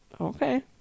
Okay